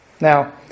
Now